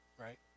right